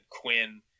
Quinn